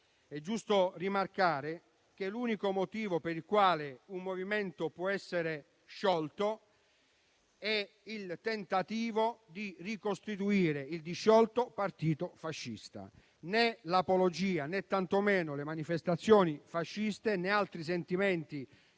è giusto rimarcare che l'unico motivo per il quale un movimento può essere sciolto è il tentativo di ricostituire il disciolto Partito fascista. Né l'apologia, né tantomeno le manifestazioni fasciste, né altri sentimenti